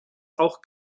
auch